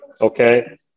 Okay